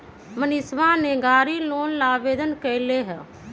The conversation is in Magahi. मनीषवा ने गाड़ी लोन ला आवेदन कई लय है